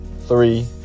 Three